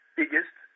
biggest